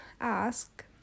ask